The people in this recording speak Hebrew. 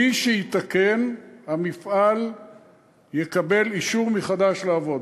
מי שיתקן, המפעל יקבל אישור מחדש לעבוד.